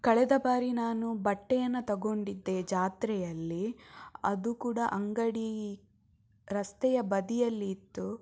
ಕಳೆದ ಬಾರಿ ನಾನು ಬಟ್ಟೆಯನ್ನು ತಗೊಂಡಿದ್ದೆ ಜಾತ್ರೆಯಲ್ಲಿ ಅದು ಕೂಡ ಅಂಗಡಿ ರಸ್ತೆಯ ಬದಿಯಲ್ಲಿ ಇತ್ತು